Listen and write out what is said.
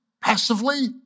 passively